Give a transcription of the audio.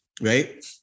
right